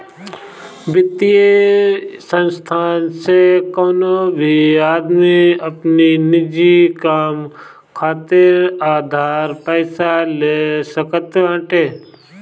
वित्तीय संस्थान से कवनो भी आदमी अपनी निजी काम खातिर उधार पईसा ले सकत बाटे